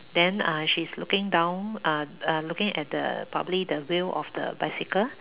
then uh she's looking down uh uh looking at the probably the wheel of the bicycle